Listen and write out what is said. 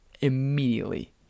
immediately